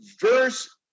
verse